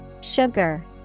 Sugar